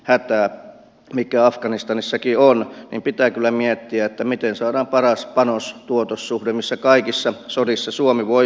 hätä mikä afganistanissakinoon pitää kyllä miettiä miten saada paras panos tuotos suhde missä kaikissa sodissa suomi voi